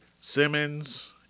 Simmons